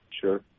Sure